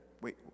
Wait